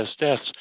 deaths